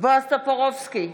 בועז טופורובסקי,